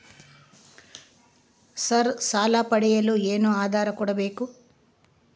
Sir ಸಾಲ ಪಡೆಯಲು ಏನು ಆಧಾರ ಕೋಡಬೇಕು?